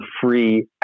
free